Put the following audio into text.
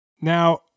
Now